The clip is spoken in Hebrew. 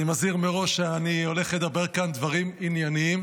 אני מזהיר מראש שאני הולך לדבר כאן על דברים ענייניים.